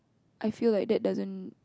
I feel like that doesn't